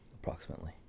approximately